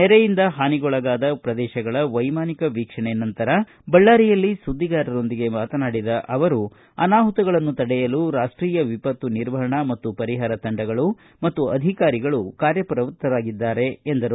ನೆರೆಯಿಂದ ಹಾನಿಗೊಳಗಾದ ಪ್ರದೇಶಗಳ ವೈಮಾನಿಕ ವೀಕ್ಷಣೆ ನಂತರ ಬಳ್ಳಾರಿಯಲ್ಲಿ ಸುದ್ದಿಗಾರರೊಂದಿಗೆ ಮಾತನಾಡಿದ ಅವರು ಅನಾಹುತಗಳನ್ನು ತಡೆಯಲು ರಾಷ್ಷೀಯ ವಿಪತ್ತು ನಿರ್ವಹಣಾ ಮತ್ತು ಪರಿಹಾರ ತಂಡಗಳು ಮತ್ತು ಅಧಿಕಾರಿಗಳು ಕಾರ್ಯಪ್ರವೃತ್ತರಾಗಿದ್ದಾರೆ ಎಂದರು